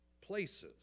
places